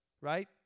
right